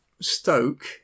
Stoke